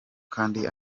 kandi